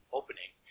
opening